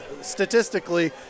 statistically